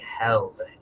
held